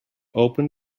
open